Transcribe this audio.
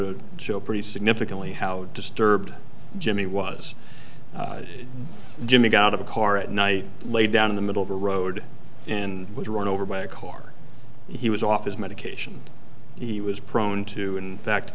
d job pretty significantly how disturbed jimmy was jimmy got out of a car at night laid down in the middle of a road and was run over by a car he was off his medication he was prone to in fact